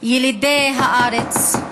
ילידי הארץ,